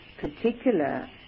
particular